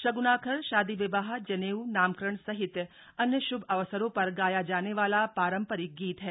शक्नाखर शादी विवाह जनेऊ नामकरण सहित अन्य श्भ अवसरों पर गाया जाने वाला पारंपरिक गीत है